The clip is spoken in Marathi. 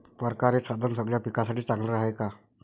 परकारं हे साधन सगळ्या पिकासाठी चांगलं हाये का?